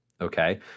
Okay